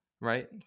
right